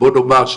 בוא נאמר,